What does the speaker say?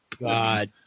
God